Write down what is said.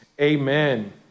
Amen